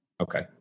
Okay